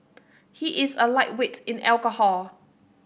he is a lightweight in alcohol